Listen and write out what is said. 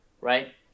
Right